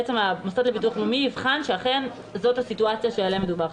המוסד לביטוח לאומי יבחן שאכן זאת הסיטואציה שעליה מדובר,